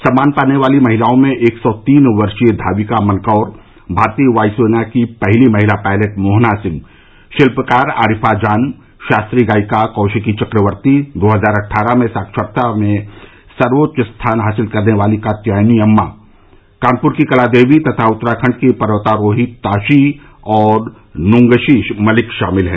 सम्मान पाने वाली महिलाओं में एक सौ तीन वर्षीय धाविका मनकौर भारतीय वायु सेना की पहली महिला पायलट मोहना सिंह शिल्पकार आरिफा जान शास्त्रीय गायिका कौशिकी चक्रवर्ती दो हजार अट्ठारह में साक्षरता परीक्षा में सर्वोच्च स्थान हासिल करने वाली कात्यायनी अम्मा कानपुर की कलादेवी तथा उत्तराखंड की पर्वतारोही ताशी और नुंगशी मलिक शामिल हैं